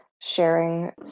sharing